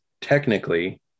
technically